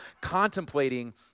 contemplating